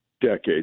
Decades